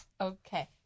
Okay